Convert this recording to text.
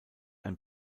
ein